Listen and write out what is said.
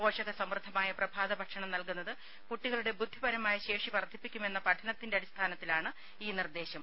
പോഷക സമൃദ്ധമായ പ്രഭാത ഭക്ഷണം നൽകുന്നത് കുട്ടികളുടെ ബുദ്ധിപരമായ ശേഷി വർദ്ധിപ്പിക്കുമെന്ന പഠനത്തിന്റെ അടിസ്ഥാനത്തിലാണ് ഈ നിർദ്ദേശം